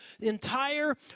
entire